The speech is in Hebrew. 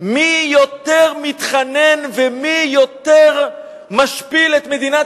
מי יותר מתחנן ומי יותר משפיל את מדינת